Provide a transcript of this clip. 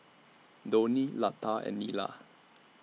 Dhoni Lata and Neila